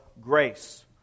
grace